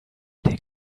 dig